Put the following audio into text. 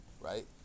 right